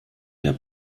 der